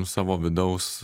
savo vidaus